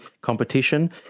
competition